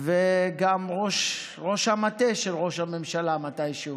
גם ראש המטה של ראש הממשלה מתישהו